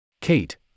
Kate